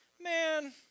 Man